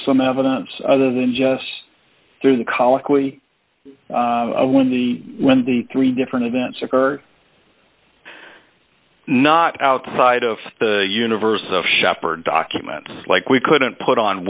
some evidence other than just through the colloquy when the when the three different events occurred not outside of the universe of shopper documents like we couldn't put on